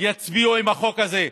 יצביעו עם החוק הזה,